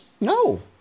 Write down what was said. No